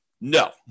No